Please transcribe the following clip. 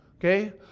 okay